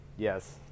Yes